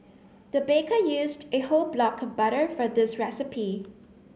the baker used a whole block of butter for this recipe